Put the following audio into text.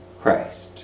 Christ